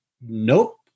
nope